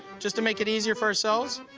just to make it easier for ourselves,